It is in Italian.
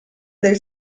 del